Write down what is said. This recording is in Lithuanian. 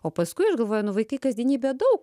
o paskui aš galvoju nu vaikai kasdienybėje daug